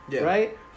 Right